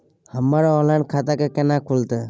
हमर ऑनलाइन खाता केना खुलते?